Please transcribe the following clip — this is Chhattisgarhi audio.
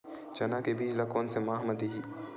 चना के बीज ल कोन से माह म दीही?